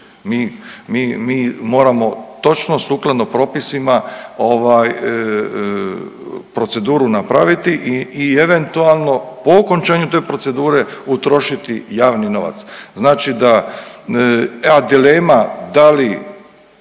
mi moramo točno sukladno propisima ovaj proceduru napraviti i eventualno po okončanju te procedure utrošiti javni novac. Znači da, a dilema da li,